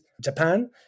Japan